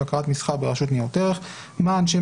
בקרת מסחר ברשות ניירות ערך או סגנו